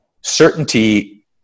Certainty